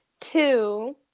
Two